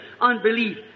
unbelief